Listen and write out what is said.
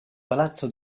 palazzo